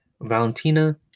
Valentina